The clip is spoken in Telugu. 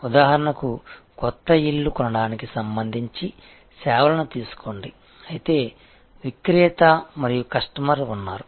ఉదాహరణకు కొత్త ఇల్లు కొనడానికి సంబంధించి సేవలను తీసుకోండి అయితే విక్రేత మరియు కస్టమర్ ఉన్నారు